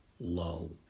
low